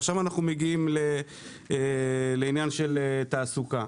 עכשיו אנחנו מגיעים לעניין התעסוקה.